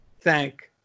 thank